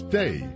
day